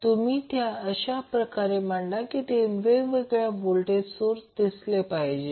तुम्ही त्या अशा प्रकारे मांडा की ते 3 वेगवेगळे व्होल्टेज सोर्स दिसले पाहिजे